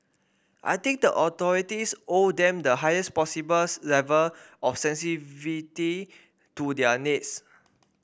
I think the authorities owe them the highest possible level of to their needs